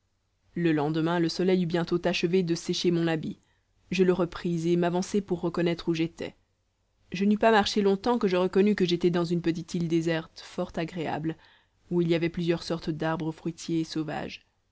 le lendemain le soleil eut bientôt achevé de sécher mon habit je le repris et m'avançai pour reconnaître où j'étais je n'eus pas marché longtemps que je connus que j'étais dans une petite île déserte fort agréable où il y avait plusieurs sortes d'arbres fruitiers et sauvages